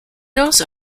also